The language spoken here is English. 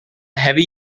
heavy